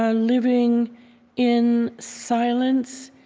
ah living in silence,